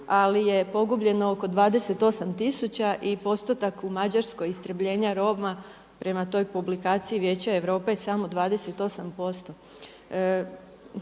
ali je pogubljeno oko 28 tisuća i postotak u Mađarskoj istrebljenja Roma prema toj publikaciji Vijeća Europe samo 28%.